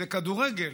זה כדורגל,